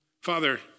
Father